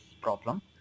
problem